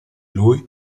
lui